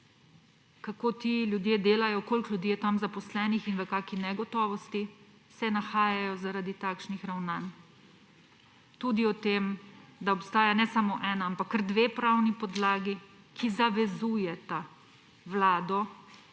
kako ti ljudje delajo, koliko ljudi je tam zaposlenih in v kakšni negotovosti se nahajajo zaradi takšnih ravnanj. Tudi o tem, da ne obstaja samo ena, ampak kar dve pravni podlagi, ki zavezujeta vlado,